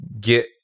get